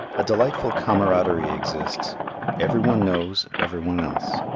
a delightful camaraderie exists every one knows every one else,